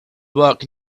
work